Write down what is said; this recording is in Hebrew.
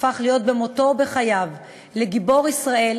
הפך להיות במותו ובחייו לגיבור ישראל